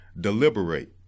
deliberate